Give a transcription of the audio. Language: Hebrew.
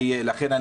לכן,